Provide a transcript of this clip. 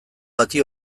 bati